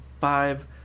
five